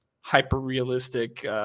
hyper-realistic